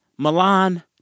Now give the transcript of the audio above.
Milan